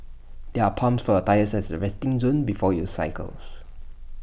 there are pumps for A tyres at the resting zone before you cycle